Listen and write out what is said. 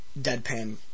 deadpan